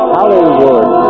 Hollywood